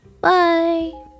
bye